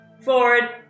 forward